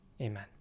Amen